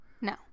No